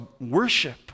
worship